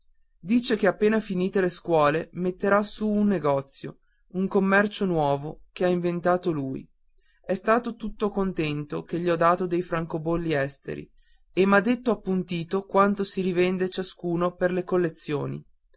dice che appena finite le scuole metterà su un negozio un commercio nuovo che ha inventato lui è stato tutto contento ché gli ho dato dei francobolli esteri e m'ha detto appuntino quando si rivende ciascuno per le collezioni